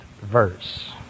verse